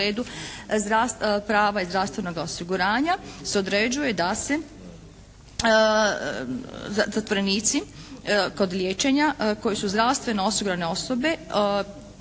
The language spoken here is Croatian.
u pogledu prava iz zdravstvenoga osiguranja se određuje da se zatvorenici kod liječenja koji su zdravstveno osigurane osobe